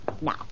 now